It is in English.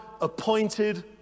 appointed